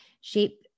shape